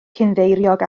gynddeiriog